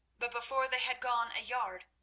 but before they had gone a yard,